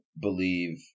believe